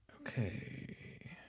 Okay